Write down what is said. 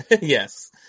Yes